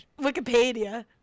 Wikipedia